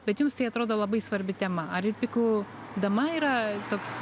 bet jums tai atrodo labai svarbi tema ar ir pikų dama yra toks